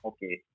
Okay